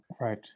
right